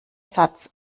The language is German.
satz